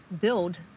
build